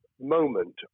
moment